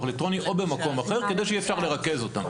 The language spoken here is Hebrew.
אלקטרוני או במקום אחר כדי שיהיה אפשר לרכז אותם?